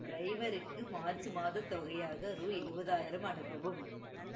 டிரைவருக்கு மார்ச் மாதத் தொகையாக ரூ எழுபதாயிரம் அனுப்பவும்